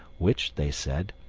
which, they said,